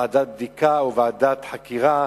ועדת בדיקה או ועדת חקירה,